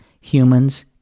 humans